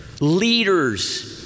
Leaders